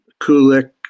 Kulik